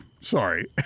sorry